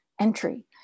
entry